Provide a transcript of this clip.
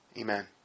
Amen